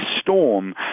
storm